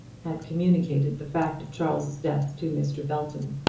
had communicated the fact of charles's death to mr. belton,